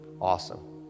Awesome